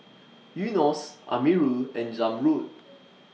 Yunos Amirul and Zamrud